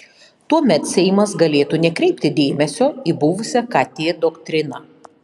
tuomet seimas galėtų nekreipti dėmesio į buvusią kt doktriną